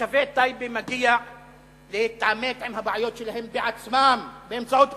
לתושבי טייבה מגיע להתעמת עם הבעיות שלהם בעצמם באמצעות בחירות,